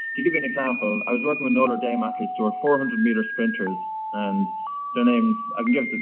to give an example, i was working with notre dame athletes, they were four hundred meter sprinters, and their names. i can give.